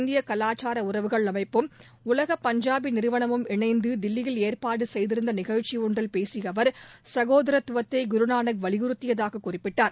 இந்திய கலாச்சார உறவுகள் அமைப்பும் உலக பஞ்சாபி நிறுவனமும் இணைந்து தில்லியில் ஏற்பாடு செய்திருந்த நிகழ்ச்சி ஒன்றில் பேசிய அவர் சகோதரத்துவத்தை குருநானக் வலியுறுத்தியதாக குறிப்பிட்டார்